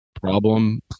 problem